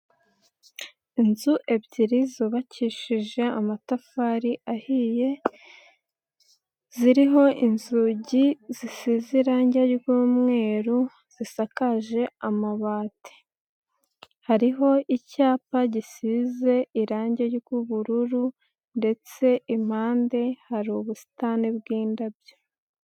Inzu ebyiri zubakishije amatafari ahiye, ziriho inzugi zisize irange ry'umweru, zisakaje amabati. Hariho icyapa gisize irangi ry'ubururu ndetse impande hari ubusitani bw'indabyo.